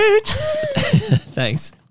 Thanks